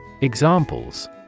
Examples